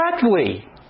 correctly